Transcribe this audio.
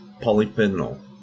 polyphenol